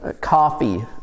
Coffee